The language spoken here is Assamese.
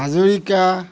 হাজৰিকা